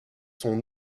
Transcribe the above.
son